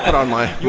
on my